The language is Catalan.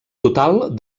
total